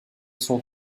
son